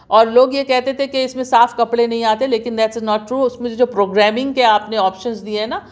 اور لوگ یہ کہتے تھے کہ اِس میں صاف کپڑے نہیں آتے لیکن دیٹ از ناٹ ٹرو اُس میں سے جو پروگرامنگ کے آپ نے آپشنس دیے ہیں نا